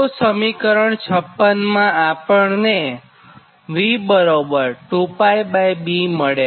તો સમીકરણ 56 માં આપણને V2 મળે